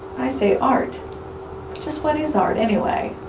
i say art. but just what is art anyway?